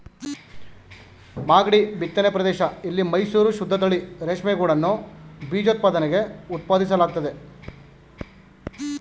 ಮಾಗ್ಡಿ ಬಿತ್ತನೆ ಪ್ರದೇಶ ಇಲ್ಲಿ ಮೈಸೂರು ಶುದ್ದತಳಿ ರೇಷ್ಮೆಗೂಡನ್ನು ಬೀಜೋತ್ಪಾದನೆಗೆ ಉತ್ಪಾದಿಸಲಾಗ್ತಿದೆ